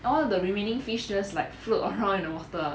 all the remaining fish just like float around in the water ah